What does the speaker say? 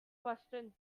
question